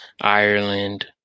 Ireland